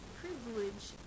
privilege